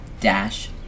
Dash